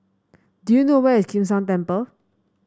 do you know where is Kim San Temple